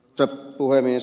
arvoisa puhemies